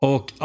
Och